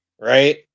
right